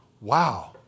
wow